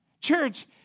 Church